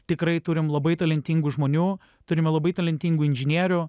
tikrai turim labai talentingų žmonių turime labai talentingų inžinierių